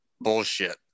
bullshit